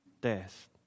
death